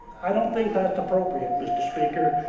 i don't think that's appropriate, mr. speaker,